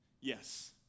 Yes